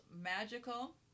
magical